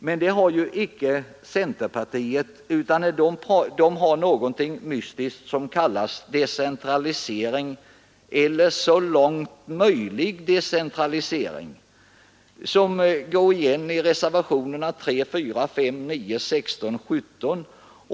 Men så är inte fallet med centerpartiet, vars resonemang i stället grundar sig på ett mystiskt begrepp, nämligen ”decentralisering” eller ”så långt möjligt decentralisering”, något som går igen i reservationerna 3, 4, 5, 9, 16 och 17.